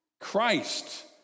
Christ